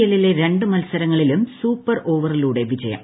എല്ലിലെ രണ്ട് മത്സരങ്ങളിലും സൂപ്പർ ഓവറിലൂടെ വിജയം